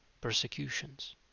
persecutions